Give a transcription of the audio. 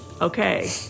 Okay